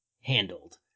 handled